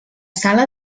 sala